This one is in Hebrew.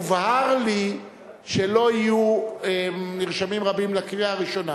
הובהר לי שלא יהיו נרשמים רבים לקריאה הראשונה